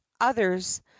others